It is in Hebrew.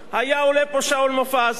היה משבח את אבי דיכטר,